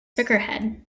figurehead